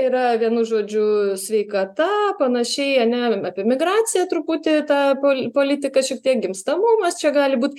yra vienu žodžiu sveikata panašėja ne apie emigraciją truputį ta pol politika šiek tiek gimstamumas čia gali būt